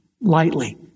lightly